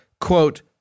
quote